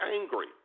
angry